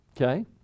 Okay